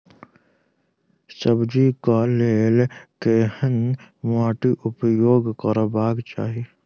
सब्जी कऽ लेल केहन माटि उपयोग करबाक चाहि?